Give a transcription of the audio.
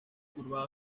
curvado